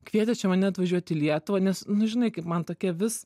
kvietė čia mane atvažiuot į lietuvą nes nu žinai kaip man tokia vis